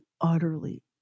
utterly